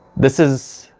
this is,